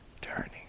turning